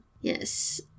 Yes